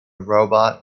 robot